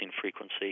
frequency